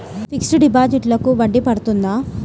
Fixed డిపాజిట్లకు వడ్డీ పడుతుందా?